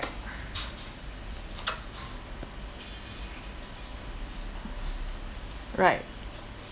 right